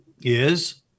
is-